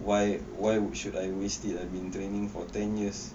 why why would should I wasted I have been training for ten years